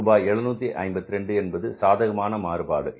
ரூபாய் 752 என்பது சாதகமான மாறுபாடு